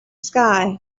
sky